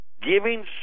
giving